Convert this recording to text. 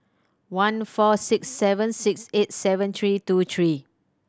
one four six seven six eight seven three two three